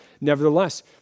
nevertheless